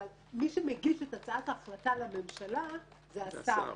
אבל מי שמגיש את הצעת ההחלטה לממשלה זה השר.